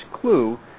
clue